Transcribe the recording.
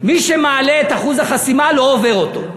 מי שמעלה את אחוז החסימה לא עובר אותו.